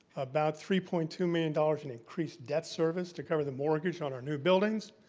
about three point two million dollars in increased debt service to cover the mortgage on our new buildings,